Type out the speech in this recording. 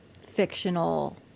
fictional